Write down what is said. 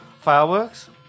Fireworks